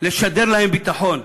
לשדר להם ביטחון.